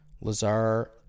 Lazar